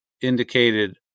indicated